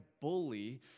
bully